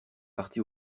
parti